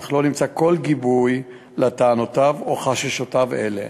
אך לא נמצא כל גיבוי לטענותיו או לחששותיו אלה.